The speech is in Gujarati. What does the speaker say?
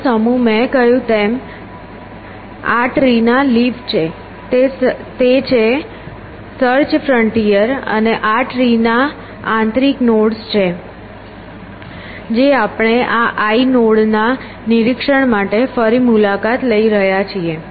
જેનો સમૂહ મેં કહ્યું તેમ જ આ ટ્રીના લીફ છે તે છે સર્ચ ફ્રન્ટિયર અને આ ટ્રી ના આંતરિક નોડ નોડ્સ છે જે આપણે આ I નોડ ના નિરીક્ષણ માટે ફરી મુલાકાત લઈ રહ્યા છીએ